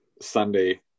Sunday